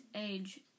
age